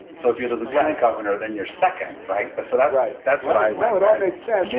so if you're the lieutenant governor, then you're second, right. so that's right. that's what i would. that makes sense.